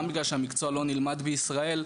גם בגלל שהמקצוע לא נלמד בישראל,